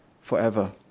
forever